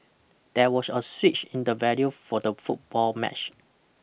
there was a switch in the venue for the football match